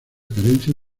carencia